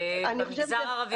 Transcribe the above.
במגזר הערבי והחרדי.